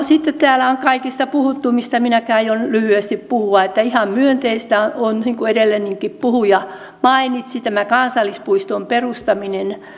sitten täällä on kaikista puhuttu mistä minäkin aion lyhyesti puhua että ihan myönteistä on on niin kuin edellinenkin puhuja mainitsi tämä kansallispuiston perustaminen